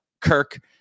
Kirk